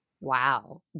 Wow